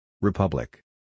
Republic